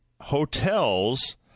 hotels